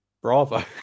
Bravo